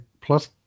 plus